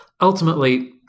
ultimately